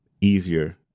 easier